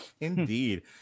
Indeed